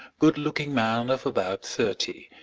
good-looking man of about thirty,